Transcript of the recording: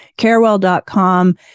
carewell.com